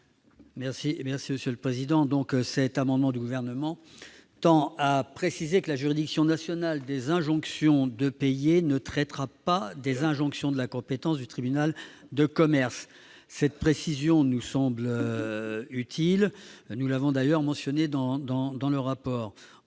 la commission ? Le présent amendement du Gouvernement tend à préciser que la juridiction nationale des injonctions de payer ne traitera pas des injonctions relevant de la compétence du tribunal de commerce. Cette précision nous semble utile, comme nous l'avons d'ailleurs mentionné dans le rapport.